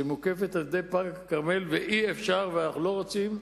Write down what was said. שמוקפת בפארק הכרמל, ואי-אפשר, ואנחנו לא רוצים,